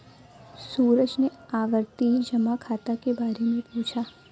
सूरज ने आवर्ती जमा खाता के बारे में पूछा